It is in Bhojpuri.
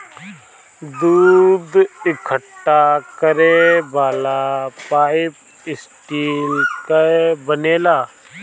दूध इकट्ठा करे वाला पाइप स्टील कअ बनेला